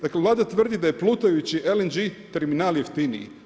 Dakle, Vlada tvrdi da je plutajući LNG terminal jeftiniji.